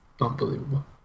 unbelievable